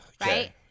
right